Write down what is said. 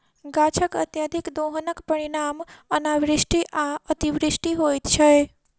गाछकअत्यधिक दोहनक परिणाम अनावृष्टि आ अतिवृष्टि होइत छै